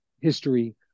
history